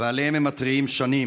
ועליהם הם מתריעים שנים,